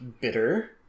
bitter